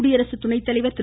குடியரசு துணைத்தலைவர் திரு